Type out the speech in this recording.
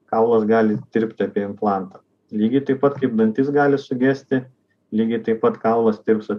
kaulas gali tirpti apie implantą lygiai taip pat kaip dantis gali sugesti lygiai taip pat kaulas tirpsta